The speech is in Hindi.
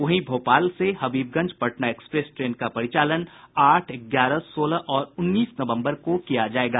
वहीं भोपाल से हबीबगंज पटना एक्सप्रेस ट्रेन का परिचालन आठ ग्यारह सोलह और उन्नीस नवम्बर को किया जायेगा